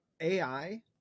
AI